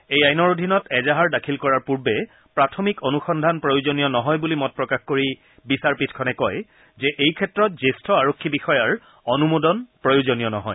এই আইনৰ অধীনত এজাহাৰ দাখিল কৰাৰ পূৰ্বে প্ৰাথমিক অনুসন্ধান প্ৰয়োজনীয় নহয় বুলি মত প্ৰকাশ কৰি বিচাৰপীঠখনে কয় যে এই ক্ষেত্ৰত জ্যেষ্ঠ আৰক্ষী বিষয়াৰ অনুমোদন প্ৰয়োজনীয় নহয়